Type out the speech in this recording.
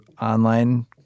online